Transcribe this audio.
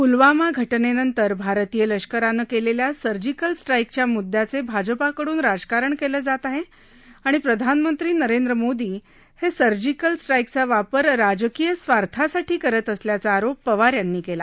पुलवामा घटनेनंतर भारतीय लष्करानं केलेल्या सर्जिकल स्ट्राईकच्या म्द्याचे भाजपाकडून राजकारण केलं जात आहे आणि प्रधानमंत्री नरेंद्र मोदी हे सर्जिकल स्ट्राईकचा वापर राजकीय स्वार्थासाठी करत असल्याचा आरोप पवार यांनी यावेळी केला